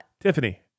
Tiffany